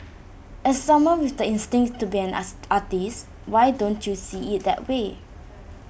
as someone with the instinct to be an artist why don't you see IT that way